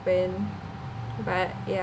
but ya